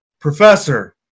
Professor